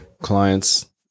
clients